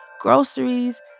groceries